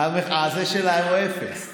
זה אפס.